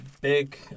big